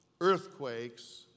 earthquakes